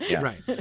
right